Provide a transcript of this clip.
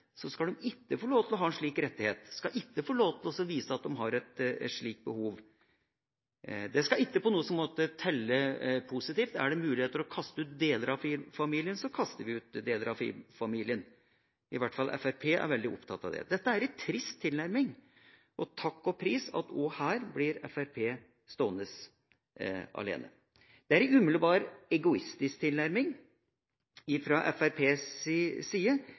så kaster vi ut deler av familien. I hvert fall Fremskrittspartiet er veldig opptatt av det. Dette er en trist tilnærming, og takk og pris for at Fremskrittspartiet også her blir stående alene. Det er en umiddelbart egoistisk tilnærming fra Fremskrittspartiets side,